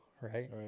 right